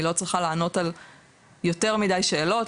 היא לא צריכה לענות על יותר מידי שאלות.